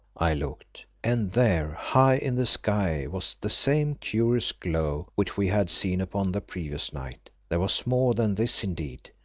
i looked, and there high in the sky was the same curious glow which we had seen upon the previous night. there was more than this indeed,